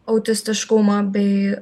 autistiškumą bei